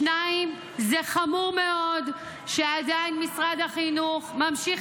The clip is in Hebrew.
דבר שני זה חמור מאוד שעדיין משרד החינוך ממשיך